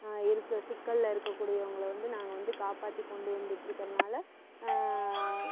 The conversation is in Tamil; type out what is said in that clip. இருக்குது சிக்கல்ல இருக்கக்கூடியவங்களை வந்து நாங்கள் வந்து காப்பாற்றிக் கொண்டு வந்துகிட்டுருக்கறதுனால